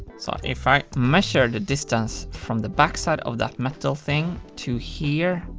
so if i measure the distance from the back side of that metal thing to here.